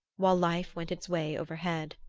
while life went its way overhead.